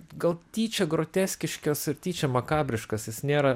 gal tyčia groteskiškas ir tyčia makabriškas jis nėra